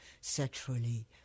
sexually